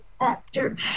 actor